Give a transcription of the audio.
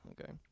Okay